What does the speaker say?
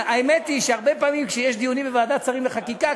האמת היא שהרבה פעמים כשיש דיונים בוועדת השרים לחקיקה,